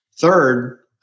Third